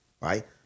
right